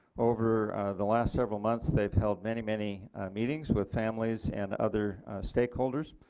over the last several months they have held many many meetings with families and other stakeholders.